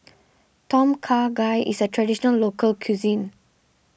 Tom Kha Gai is a Traditional Local Cuisine